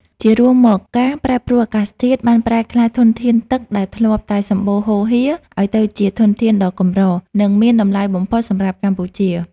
ជារួមមក ការប្រែប្រួលអាកាសធាតុបានប្រែក្លាយធនធានទឹកដែលធ្លាប់តែសំបូរហូរហៀរ ឱ្យទៅជាធនធានដ៏កម្រ និងមានតម្លៃបំផុតសម្រាប់កម្ពុជា។